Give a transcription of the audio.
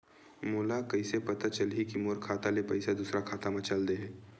मोला कइसे पता चलही कि मोर खाता ले पईसा दूसरा खाता मा चल देहे?